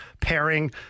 pairing